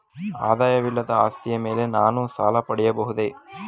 ಆದಾಯವಿಲ್ಲದ ಆಸ್ತಿಯ ಮೇಲೆ ನಾನು ಸಾಲ ಪಡೆಯಬಹುದೇ?